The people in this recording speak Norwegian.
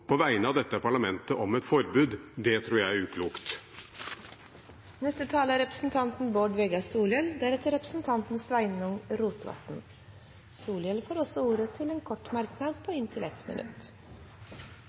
på vegne av dette parlamentet. Det tror jeg er uklokt. Bård Vegar Solhjell har hatt ordet to ganger tidligere og får ordet til en kort merknad, begrenset til 1 minutt.